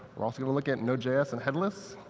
we're also going to look at node js and headless.